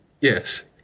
yes